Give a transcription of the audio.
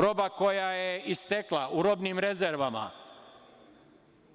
Roba koja je istekla u robnim rezervama,